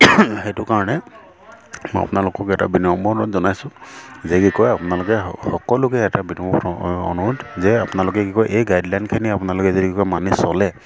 সেইটো কাৰণে মই আপোনালোকক এটা বিনিয়ম অনুৰোধ জনাইছোঁ যে কি কয় আপোনালোকে সকলোকে এটা বিনম্ৰ অনুৰোধ যে আপোনালোকে কি কয় এই গাইডলাইনখিনি আপোনালোকে যদি কি কয় মানি চলে